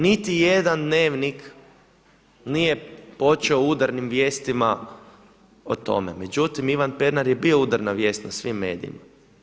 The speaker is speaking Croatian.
Niti jedan dnevnik nije počeo udarnim vijestima o tome, međutim Ivan Pernar je bio udarna vijest na svim medijima.